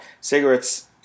cigarettes